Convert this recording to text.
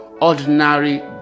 ordinary